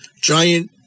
giant